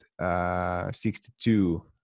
62